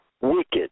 wicked